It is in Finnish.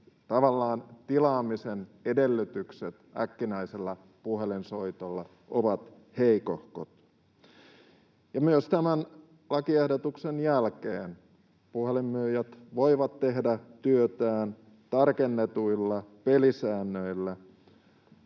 tilaamisen edellytykset äkkinäisellä puhelinsoitolla ovat heikohkot. Myös tämän lakiehdotuksen jälkeen puhelinmyyjät voivat tehdä työtään tarkennetuilla pelisäännöillä,